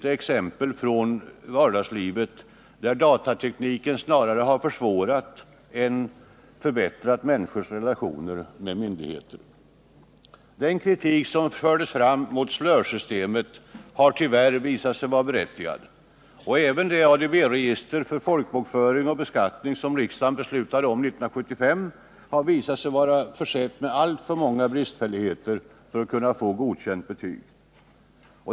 Exempel från vardagslivet saknas inte, där datatekniken snarast har försvårat människors relationer med myndigheter. Den kritik som framfördes mot SLÖR-systemet har tyvärr visat sig berättigad, och även det ADB-register för folkbokföring och beskattning som riksdagen beslutade om 1975 har visat sig vara försett med alltför många bristfälligheter för att kunna få godkänt betyg.